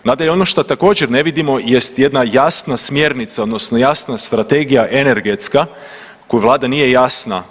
Nadalje, ono što također ne vidimo jest jedna jasna smjernica, odnosno jasna strategija energetska koju Vlada nije jasna.